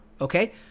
okay